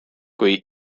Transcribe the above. kui